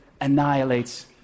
annihilates